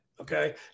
Okay